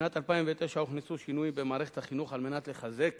משנת 2009 הוכנסו שינויים במערכת החינוך על מנת לחזק